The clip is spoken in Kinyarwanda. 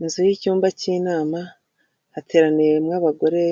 Inzu y'icyumba cy'inama, hateraniyemo abagore